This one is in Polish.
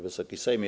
Wysoki Sejmie!